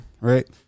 Right